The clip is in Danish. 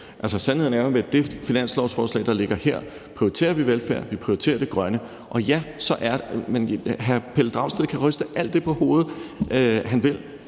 Sandheden er jo, at med det finanslovsforslag, der ligger her, prioriterer vi velfærden og det grønne. Hr. Pelle Dragsted kan ryste på hovedet alt det, han vil.